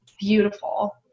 beautiful